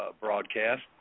broadcast